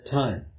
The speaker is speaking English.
time